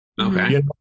Okay